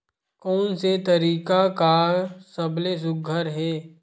कोन से तरीका का सबले सुघ्घर हे?